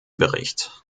bericht